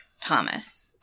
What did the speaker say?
Thomas